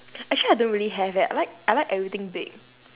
actually I don't really have eh I like I like everything big